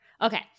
Okay